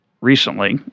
recently